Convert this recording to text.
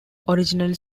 originally